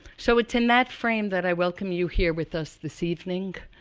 so, it's in that frame that i welcome you here with us this evening.